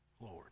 Lord